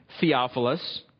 Theophilus